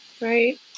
Right